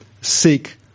seek